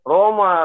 Roma